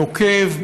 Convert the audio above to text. נוקב,